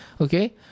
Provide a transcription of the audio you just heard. Okay